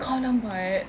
kau lambat